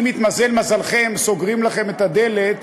אם התמזל מזלכם, סוגרים לכם את הדלת